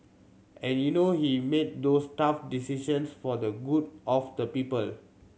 and you know he made those tough decisions for the good of the people